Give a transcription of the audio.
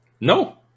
No